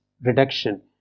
reduction